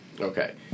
Okay